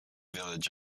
village